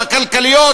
הכלכליות,